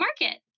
Market